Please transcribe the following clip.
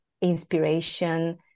inspiration